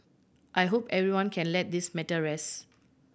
I hope everyone can let this matter rest